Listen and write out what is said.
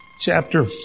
chapter